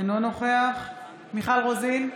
אינו נוכח מיכל רוזין,